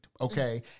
Okay